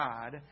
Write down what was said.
God